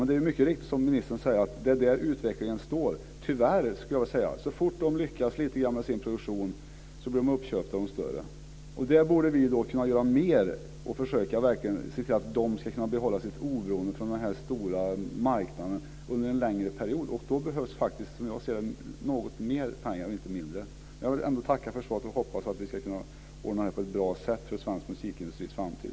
Men det är mycket riktigt så som ministern säger, nämligen att det är så utvecklingen ser ut - tyvärr, skulle jag vilja säga. Så fort de lyckas med sin produktion blir de uppköpta av de större bolagen. Där borde vi kunna göra mer för att se till att de kan behålla sitt oberoende av den stora marknaden under en längre period. Då behövs det, som jag ser det, något mer pengar och inte mindre. Men jag vill ändå tacka för svaret och hoppas att vi ska kunna ordna detta på ett bra sätt för den svenska musikindustrins framtid.